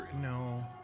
no